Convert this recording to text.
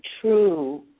true